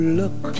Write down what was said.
look